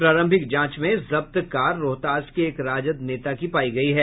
प्रारंभिक जांच में जब्त कार रोहतास के एक राजद नेता की पायी गयी है